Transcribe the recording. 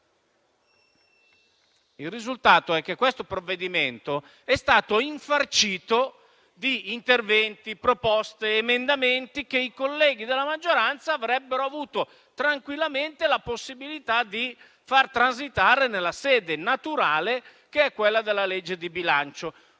Il risultato è che il provvedimento oggi al nostro esame è stato infarcito di interventi, proposte ed emendamenti che i colleghi della maggioranza avrebbero avuto tranquillamente la possibilità di far transitare nella sede naturale, quella cioè della legge di bilancio.